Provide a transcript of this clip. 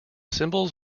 symbols